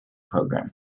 program